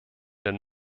den